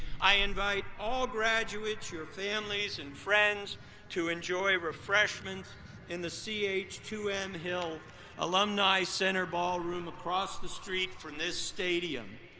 i invite all graduates, your families and friends to enjoy refreshments in the c h two m hill alumni center ballroom across the street from this stadium.